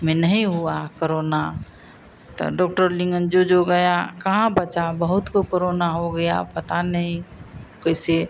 में नहीं हुआ करोना तो डॉक्टर लोगन जो जो गया कहाँ बचा बहुत को कोरोना हो गया पता नहीं कैसे